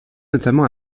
notamment